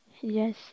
yes